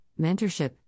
mentorship